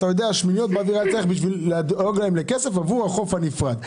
היה צריך לעשות שמיניות באוויר כדי לדאוג להן לכסף עבור החוף הנפרד.